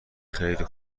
خیلی